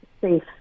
Safe